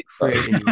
crazy